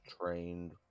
trained